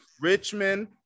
Richmond